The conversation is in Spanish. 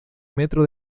metro